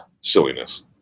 silliness